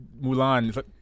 Mulan